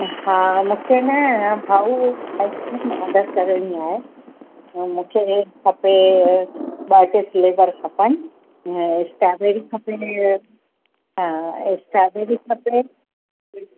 हा मूंखे न भाऊ आइसक्रीम ऑर्डर करिणी आहे ऐं मूंखे रेट खपे ॿ टे फ़्लेवर खपनि स्ट्रॉबेरी खपे हा स्ट्रॉबेरी खपे